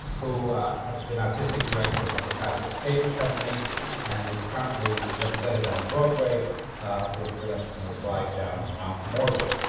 who has been artistic director of the classic stage company and is currently represented on broadway with the production of ride down mount morgan.